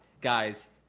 guys